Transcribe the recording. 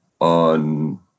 on